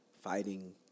fighting